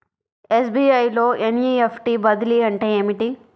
SBI లో NEFT బదిలీ అంటే ఏమిటి?